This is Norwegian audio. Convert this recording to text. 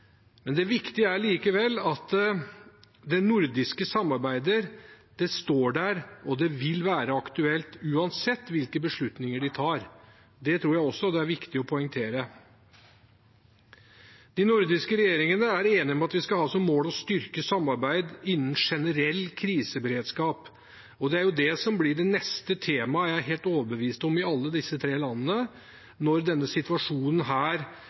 Men det viktige er likevel at det nordiske samarbeidet står der, og det vil være aktuelt uansett hvilken beslutning man tar. Det tror jeg også det er viktig å poengtere. De nordiske regjeringene er enige om at man skal ha som mål å styrke samarbeidet innen generell kriseberedskap, og det er jo det som blir det neste temaet, er jeg overbevist om, i alle disse landene. Når denne situasjonen